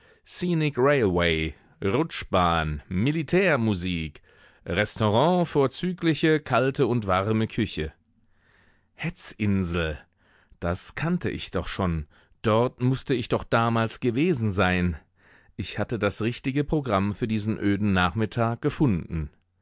rutschbahn militärmusik restaurant vorzügliche kalte und warme küche hetzinsel das kannte ich doch schon dort mußte ich doch damals gewesen sein ich hatte das richtige programm für diesen öden nachmittag gefunden